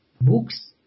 books